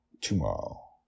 tomorrow